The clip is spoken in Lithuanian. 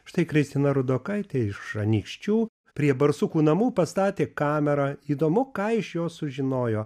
štai kristina rudokaitė iš anykščių prie barsukų namų pastatė kamerą įdomu ką iš jos sužinojo